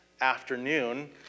afternoon